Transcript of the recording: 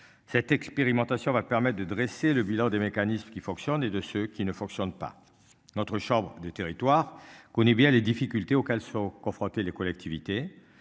Cette expérimentation va permettent de dresser le bilan des mécanismes qui fonctionne et de ce qui ne fonctionne pas. Notre chambre des territoires connaît bien les difficultés auxquelles sont confrontés les collectivités.